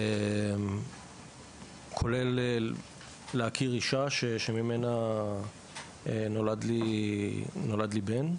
כולל להכיר אישה שממנה נולד לי בן,